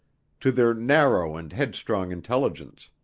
to their narrow and headstrong intelligence.